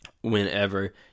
whenever